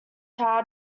tower